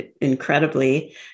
incredibly